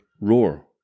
roar